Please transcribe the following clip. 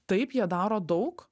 taip jie daro daug